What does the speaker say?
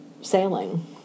sailing